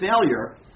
failure